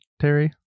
Terry